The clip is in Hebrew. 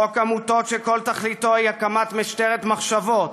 חוק עמותות שכל תכליתו היא הקמת משטרת מחשבות,